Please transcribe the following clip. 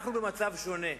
אנחנו במצב שונה.